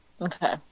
okay